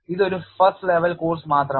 ഇതൊരു first level course മാത്രമാണ്